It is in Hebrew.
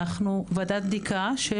ועדת בדיקה של